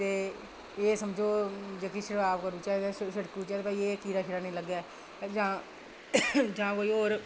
ते एह् समझो जेह्की छिड़काव करी ओड़चै ते छेड़कुचै कि भई एह् कीड़ा निं लग्गै जां जां कोई होर